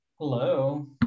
Hello